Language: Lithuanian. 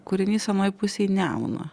kūrinys anoj pusėj nemuno